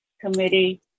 committee